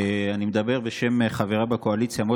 אני מדבר בשם חבריי בקואליציה מאוד